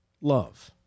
love